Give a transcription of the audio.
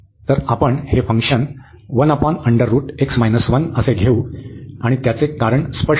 तर आपण हे फंक्शन घेऊ आणि त्याचे कारण स्पष्ट आहे